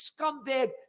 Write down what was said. scumbag